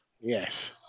yes